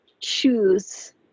choose